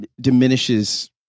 diminishes